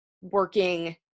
working